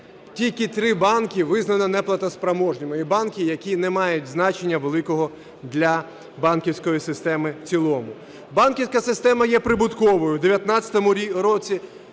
тільки 3 банки визнано неплатоспроможними, і банки, які не мають значення великого для банківської системи в цілому. Банківська система є прибутковою: в 19-му році